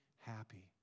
happy